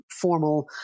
formal